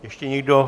Ještě někdo?